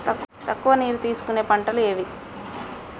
తక్కువ నీరు తీసుకునే పంటలు ఏవి?